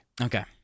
Okay